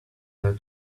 her